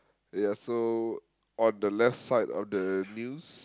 ya so on the left side on the news